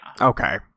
okay